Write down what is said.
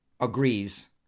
agrees